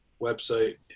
website